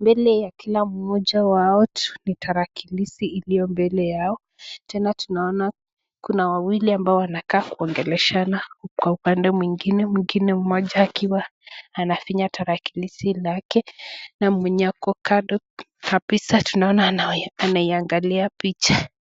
Mbele ya kila mmoja wao ni tarakilishi iliyo mbele yao. Tena tunaona kuna wawili ambao wanakaa kuongeleshana huku kwa upande mwingine, mwingine mmoja akiwa anafinya tarakilishi lake na mwenye akakodoa kabisa tunaona anaiangalia picha.